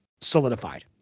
solidified